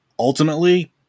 Ultimately